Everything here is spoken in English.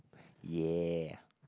yea